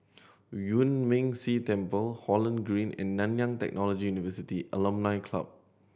Yuan Ming Si Temple Holland Green and Nanyang Technology University Alumni Club